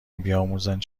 بیاموزند